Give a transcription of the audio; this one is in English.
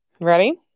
Ready